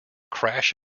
crash